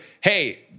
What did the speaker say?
hey